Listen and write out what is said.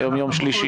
אני מאוד משתדל.